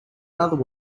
another